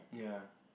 ya